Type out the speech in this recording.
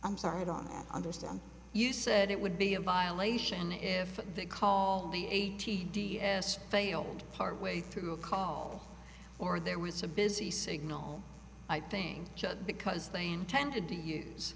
i'm sorry i don't understand you said it would be a violation if they call the a t g as failed part way through a call or there was a busy signal i think just because they intended to use